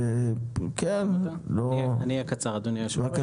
אדבר בקצרה.